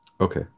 okay